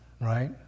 right